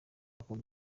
akunda